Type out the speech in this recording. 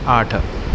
आठ